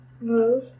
move